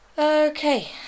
Okay